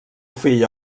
fill